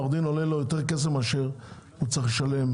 שעולה להם יותר כסף מאשר הסכום שהם צריכים לשלם